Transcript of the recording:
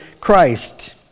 Christ